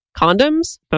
condoms